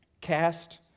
Cast